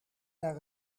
naar